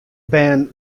bern